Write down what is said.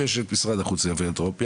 ויש את משרד החוץ והפילנתרופיה,